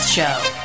Show